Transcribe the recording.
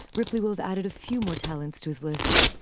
ripley will have added a few more talents to his list,